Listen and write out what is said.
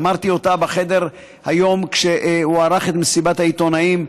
אמרתי בחדר היום כשהוא ערך את מסיבת העיתונאים,